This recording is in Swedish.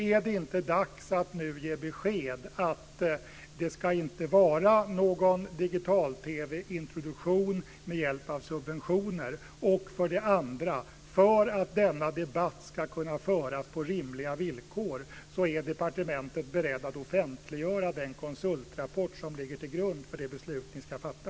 Är det inte dags att nu ge besked att det inte ska vara någon digital-TV-introduktion med hjälp av subventioner? 2. För att denna debatt ska kunna föras på rimliga villkor, är departementet berett att offentliggöra den konsultrapport som ligger till grund för det beslut ni ska fatta?